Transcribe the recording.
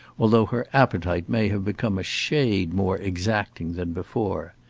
although her appetite may have become a shade more exacting than before.